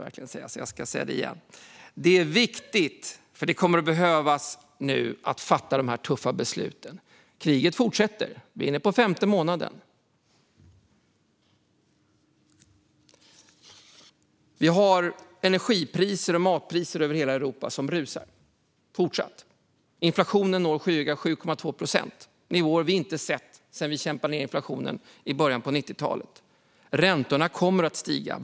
Vi är vana vid att fatta de tuffa besluten i riksdagen. Kriget fortsätter. Vi är inne på femte månaden. Energi och matpriser fortsätter att rusa över hela Europa. Inflationen når skyhöga 7,2 procent. Det är nivåer som vi inte har sett sedan vi kämpade ned inflationen i början av 90-talet. Räntorna kommer att stiga.